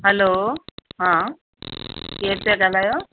हलो केरु